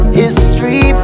history